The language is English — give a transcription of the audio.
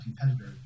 competitor